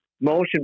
motion